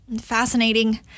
Fascinating